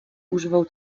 używał